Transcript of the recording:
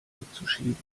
wegzuschieben